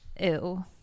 ew